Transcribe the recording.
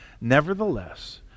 Nevertheless